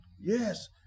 Yes